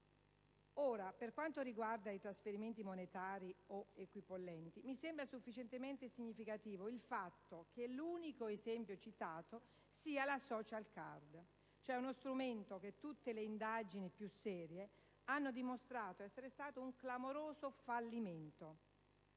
per quanto riguarda i «trasferimenti monetari o equipollenti», mi sembra sufficientemente significativo il fatto che l'unico esempio citato sia la *social* *card*, cioè uno strumento che tutte le indagini più serie hanno dimostrato essere stato un clamoroso fallimento.